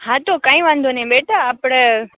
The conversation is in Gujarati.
હા તો કાંઇ વાંધો નઇ બેટા આપળે